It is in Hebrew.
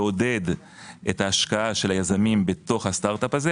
לעודד את השקעת הישראלים בתוך הסטארט הזה,